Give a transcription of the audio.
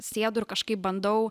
sėdu ir kažkaip bandau